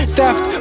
Theft